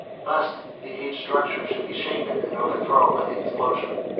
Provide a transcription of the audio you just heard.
lest the aged structure should be shaken and overthrown by the explosion.